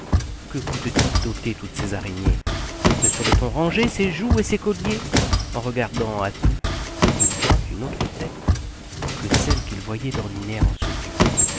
que coûte-t-il d'ôter toutes ces araignées ne saurait-on ranger ces jougs et ces colliers en regardant à tout il voit une autre tête que celles qu'il voyait d'ordinaire en ce lieu